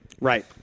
Right